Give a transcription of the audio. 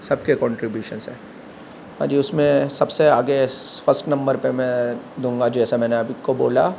سب کے کنٹریبیوشن سے اجی اس میں سب سے آگے فرسٹ نمبر پہ میں دونگا جیسا میں نے ابھی کو بولا